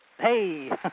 Hey